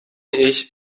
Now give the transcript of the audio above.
ich